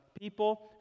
people